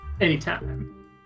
Anytime